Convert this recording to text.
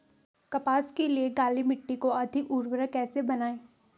कपास के लिए काली मिट्टी को अधिक उर्वरक कैसे बनायें?